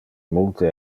multe